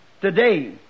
today